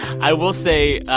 i will say,